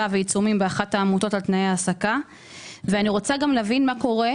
על תנאי ההעסקה ועיצומים באחת מן העמותות.